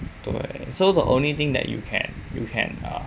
对 so the only thing that you can you can